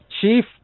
Chief